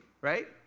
Right